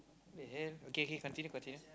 the hell okay k continue continue